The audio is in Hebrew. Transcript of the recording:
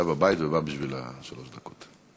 הוא היה בבית ובא בשביל שלוש הדקות.